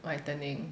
whitening